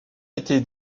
été